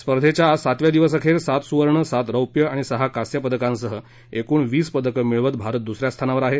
स्पर्धेच्या आज सातव्या दिवस अखेर सात सुवर्ण सात रौप्य आणि सहा कांस्य पदकांसह एकूण वीस पदक मिळवत भारत दुसऱ्या स्थानावर आहे